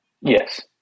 Yes